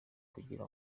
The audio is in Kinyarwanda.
kugira